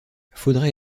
faudrait